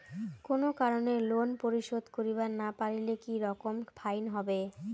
কোনো কারণে লোন পরিশোধ করিবার না পারিলে কি রকম ফাইন হবে?